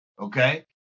okay